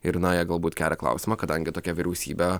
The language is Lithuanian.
ir na jie galbūt kelia klausimą kadangi tokią vyriausybę